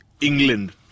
England